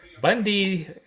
bundy